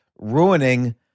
ruining